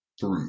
three